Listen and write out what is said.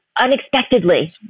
unexpectedly